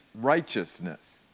righteousness